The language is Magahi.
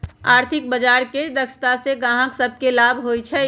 आर्थिक बजार के दक्षता से गाहक सभके लाभ होइ छइ